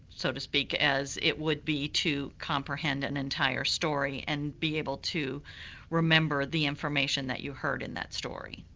so to speak, as it would be to comprehend an entire story and be able to remember the information that you heard in that story.